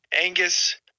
Angus